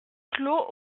claux